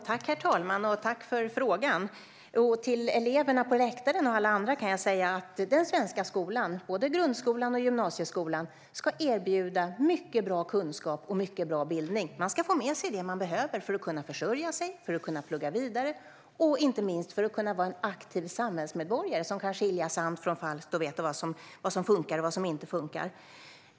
Herr talman! Tack för frågan! Till eleverna på läktaren och alla andra kan jag säga att den svenska skolan, både grundskolan och gymnasieskolan, ska erbjuda mycket bra kunskap och mycket bra bildning. Man ska få med sig det som man behöver för att kunna försörja sig, för att kunna plugga vidare och inte minst för att kunna vara en aktiv samhällsmedborgare som kan skilja sant från falskt och veta vad som funkar och inte funkar.